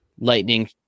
Lightning